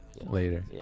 later